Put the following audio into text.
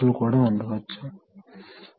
కు సమానంగా ఉంటుంది